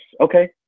Okay